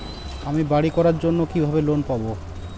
আমি বাড়ি করার জন্য কিভাবে লোন পাব?